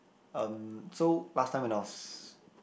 um so last time when I was